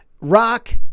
rock